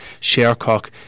Shercock